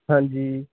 ਹਾਂਜੀ